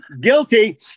guilty